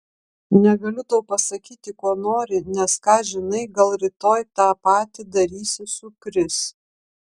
negaliu tau pasakyti ko nori nes ką žinai gal rytoj tą patį darysi su kris